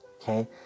okay